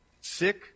sick